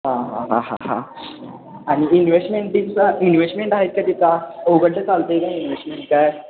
हां हां हां हां हां आणि इन्वेस्टमेंटीच इन्वेस्टमेंट आहेत का तिथं उघडलं चालतंय का इन्व्हेस्टमेंट काय